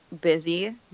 busy